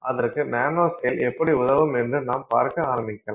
அதற்கு நானோஸ்கேல் எப்படி உதவும் என்று நாம் பார்க்க ஆரம்பிக்கலாம்